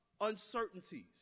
uncertainties